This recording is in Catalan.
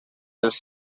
els